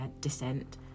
descent